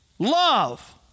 Love